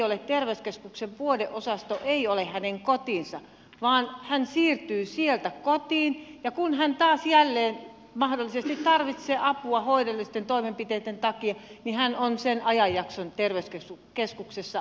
laitos terveyskeskuksen vuodeosasto ei ole hänen kotinsa vaan hän siirtyy sieltä kotiin ja kun hän jälleen mahdollisesti tarvitsee apua hoidollisten toimenpiteitten takia niin hän on sen ajanjakson terveyskeskuksessa ja vuodeosastolla